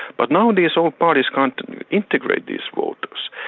but now these old parties can't integrate these voters.